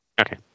Okay